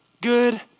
good